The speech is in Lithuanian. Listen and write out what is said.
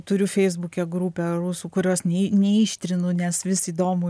turiu feisbuke grupę rusų kurios nei neištrinu nes vis įdomu